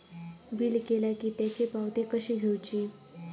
Bill केला की त्याची पावती कशी घेऊची?